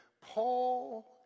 Paul